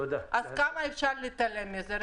עד כמה אפשר להתעלם מזה?